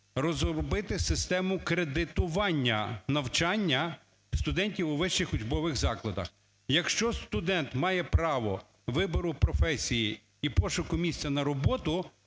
розробити систему кредитування навчання студентів у вищих учбових закладах. Якщо студент має право вибору професії і пошуку місця на роботу,